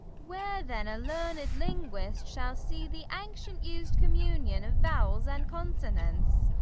where then a learned linguist shall see the ancient used communion of vowels and consonants